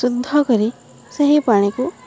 ଶୁଦ୍ଧ କରି ସେହି ପାଣିକୁ